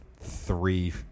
three